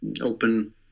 open